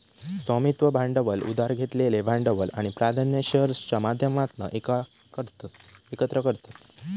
स्वामित्व भांडवल उधार घेतलेलं भांडवल आणि प्राधान्य शेअर्सच्या माध्यमातना एकत्र करतत